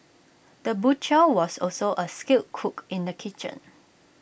the butcher was also A skilled cook in the kitchen